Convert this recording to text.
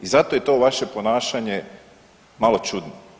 I zato je to vaše ponašanje malo čudno.